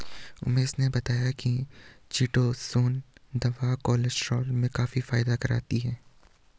उमेश ने बताया कि चीटोसोंन दवा कोलेस्ट्रॉल में फायदा करती है